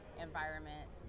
environment